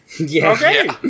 Okay